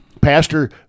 Pastor